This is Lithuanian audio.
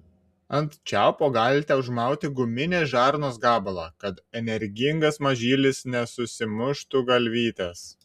ant čiaupo galite užmauti guminės žarnos gabalą kad energingas mažylis nesusimuštų galvytės